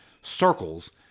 circles